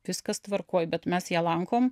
viskas tvarkoj bet mes ją lankom